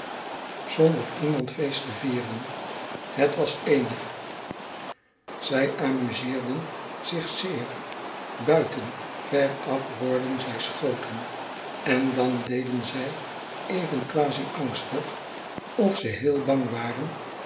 zonder iemand feest te vieren het was eenig zij amuzeerden zich zeer buiten veraf hoorden zij schoten en dan deden zij even quasi angstig of ze heel bang waren